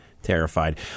Terrified